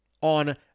on